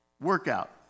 Workout